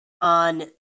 on